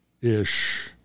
ish